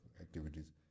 activities